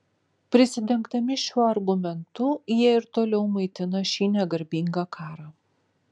prisidengdami šiuo argumentu jie ir toliau maitina šį negarbingą karą